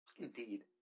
Indeed